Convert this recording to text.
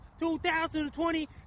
2020